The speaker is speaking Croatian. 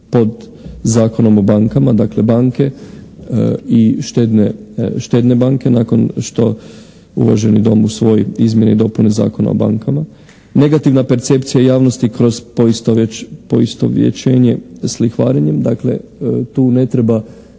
pod Zakonom o bankama, dakle banke i štedne banke nakon što uvaženi dom usvoji izmjene i dopune Zakona o bankama. Negativna percepcija javnosti kroz poistovjećenje s lihvarenjem. Dakle, tu ne treba